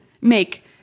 make